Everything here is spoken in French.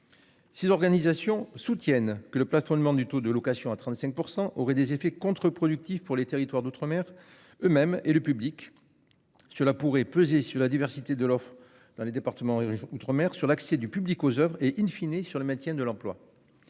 Six organisations soutiennent que le plafonnement du taux de location à 35% aurait des effets contre-productifs pour les territoires d'outre- mer eux-mêmes et le public. Cela pourrait peser sur la diversité de l'offre dans les départements et régions outre-mer sur l'accès du public aux Oeuvres et in fine et sur le maintien de l'emploi.